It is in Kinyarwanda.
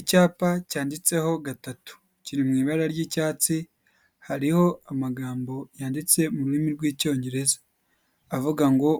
Icyapa cyanditseho gatatu, kiri mu ibara ry'icyatsi, hariho amagambo yanditse mu rurimi rw'Icyongereza avuga ngo